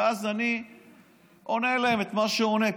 ואז אני עונה להם את מה שעונה.